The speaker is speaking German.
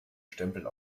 stempel